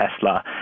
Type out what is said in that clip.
Tesla